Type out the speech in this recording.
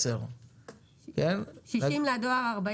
10. 60 אחוזים לדואר,